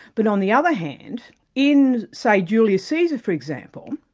but on the other hand in say julius caesar for example,